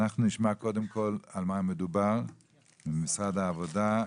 אנחנו נשמע קודם כל על מה מדובר ממשרד העבודה,